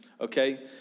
okay